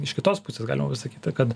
iš kitos pusės galima pasakyti kad